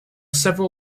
several